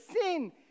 sin